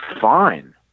fine